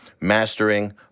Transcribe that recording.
mastering